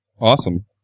Awesome